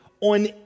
on